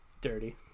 dirty